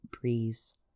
breeze